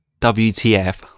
WTF